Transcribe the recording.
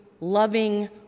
loving